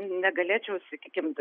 negalėčiau sakykim